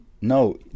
No